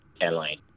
airline